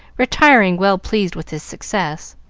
retiring well-pleased with his success.